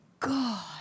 God